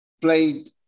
played